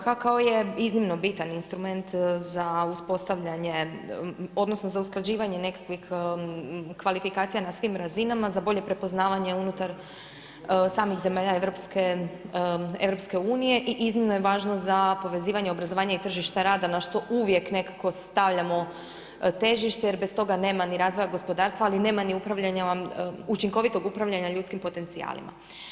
HKO je iznimno bitan instrument za uspostavljanje, odnosno za usklađivanje nekakvih kvalifikacija na svim razinama, za bolje prepoznavanje unutar samih zemalja EU i iznimno je važno za povezivanje obrazovanja i tržište rada na što uvijek nekako stavljamo težište, jer bez toga nema ni razvoja gospodarstva, ali nema ni upravljanja, učinkovitog upravljanja ljudskim potencijalima.